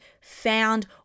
found